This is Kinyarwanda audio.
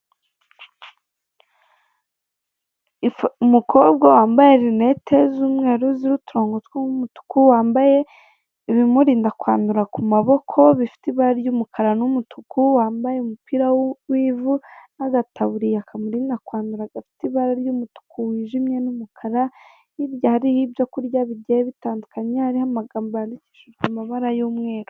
Ifo umukobwa wambaye linete z'umweru ziriho uturonko tw'umutuku wambaye ibimurinda kwandura ku maboko bifite ibara ry'umukara n'umutuku wambaye umupira w'ivu n'agataburiya kamurinda kwandura gafite ibara ry' umutuku wijimye n'umukara hirya hariho ibyo kurya bigiye bitandukanye hariho amagambo yandiikishijwe amabara y'umweru.